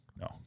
No